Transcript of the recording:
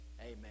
Amen